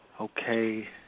Okay